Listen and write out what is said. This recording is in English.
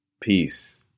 peace